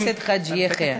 תודה רבה לחבר הכנסת חאג' יחיא.